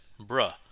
Bruh